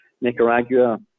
Nicaragua